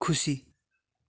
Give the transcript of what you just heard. खुसी